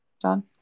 John